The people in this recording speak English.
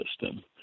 system